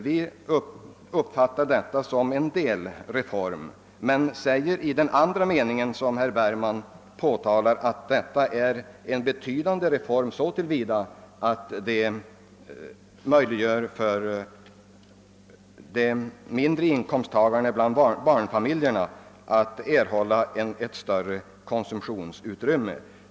Vi uppfattar det föreliggande förslaget som en delreform men säger i den andra meningen, som påtalades av herr Bergman, att detta är en betydande reform så till vida att den möjliggör för de mindre inkomsttagarna bland barnfamiljerna att erhålla ett större konsumtionsutrymme.